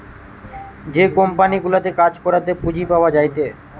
যে কোম্পানি গুলাতে কাজ করাতে পুঁজি পাওয়া যায়টে